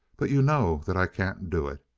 but you know that i can't do it.